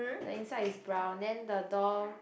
the inside is brown then the door